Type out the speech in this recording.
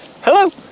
Hello